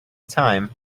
time